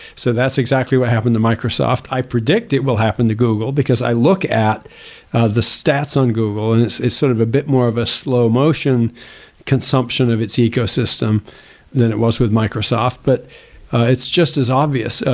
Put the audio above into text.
so that's exactly what happened to microsoft, i predict it will happen to google because i look at the stats on google and it's sort of a bit more of a slow motion consumption of its ecosystem than it was with microsoft. but it's just as obvious.